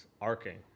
arcing